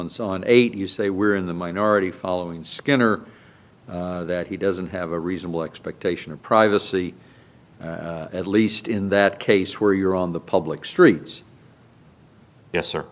and so on eight you say we're in the minority following skinner that he doesn't have a reasonable expectation of privacy at least in that case where you're on the public streets yes